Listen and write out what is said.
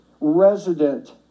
resident